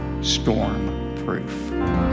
storm-proof